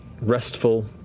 Restful